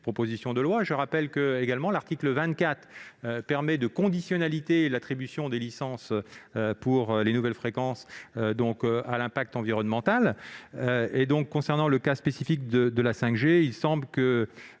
proposition de loi. Je rappelle que l'article 24 permet de conditionner l'attribution des licences pour les nouvelles fréquences à l'impact environnemental. Concernant le cas spécifique de la 5G, une